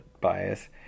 bias